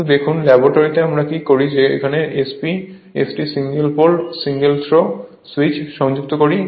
কিন্তু দেখুন ল্যাবরেটরিতে আমরা কি করি যে আমরা একটি SP ST single pole single throw switch সংযুক্ত করি